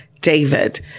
David